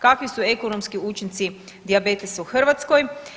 Kakvi su ekonomski učinci dijabetesa u Hrvatskoj?